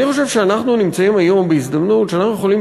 אני חושב שאנחנו נמצאים היום בהזדמנות שאנחנו יכולים,